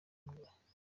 umugore